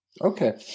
Okay